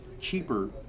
cheaper